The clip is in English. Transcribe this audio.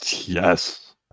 Yes